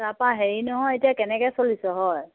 তাৰ পৰা হেৰি নহয় এতিয়া কেনেকে চলিছ হয়